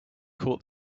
called